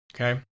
Okay